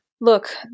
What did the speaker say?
look